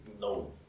no